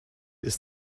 ist